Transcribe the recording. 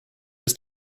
ist